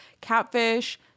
catfish